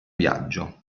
viaggio